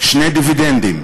שני דיבידנדים: